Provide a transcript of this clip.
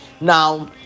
Now